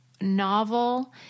novel